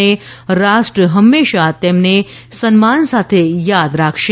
અને રાષ્ટ્ર હંમેશાં તેમને સન્માન સાથે યાદ રાખશે